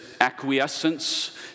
acquiescence